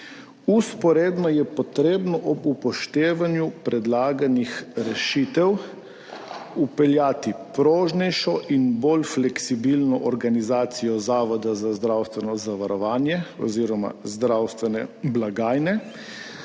Vzporedno je treba ob upoštevanju predlaganih rešitev vpeljati prožnejšo in bolj fleksibilno organizacijo Zavoda za zdravstveno zavarovanje oziroma zdravstvene blagajne,